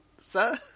sir